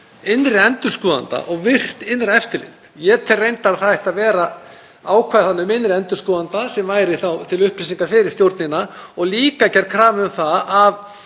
innri endurskoðanda og virkt innra eftirlit. Ég tel reyndar að það ætti að vera ákvæði um innri endurskoðanda sem væri þá til upplýsingar fyrir stjórnina og líka að gerð